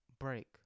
Break